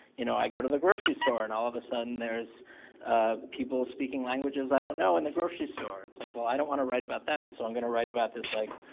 you know, i go to the grocery store, and all of a sudden, there's people speaking languages i don't know in the grocery store. it's like, well, i don't want to write about that, so i'm gonna write about this, like,